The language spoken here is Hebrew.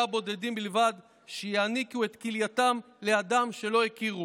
בודדים בלבד שיעניקו את כלייתם לאדם שלא הכירו.